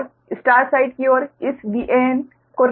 और star side की ओर इस VAn को रिफ्रेन्स के रूप में लिया जाता है